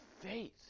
faith